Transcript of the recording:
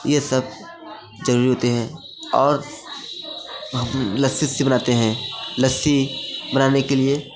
ये सब जरूरी होते हैं और लस्सी वस्सी बनाते हैं लस्सी बनाने के लिए